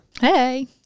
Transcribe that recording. hey